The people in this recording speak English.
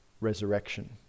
resurrection